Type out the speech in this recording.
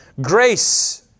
Grace